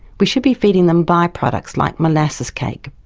we should be feeding them by-products like molasses cake,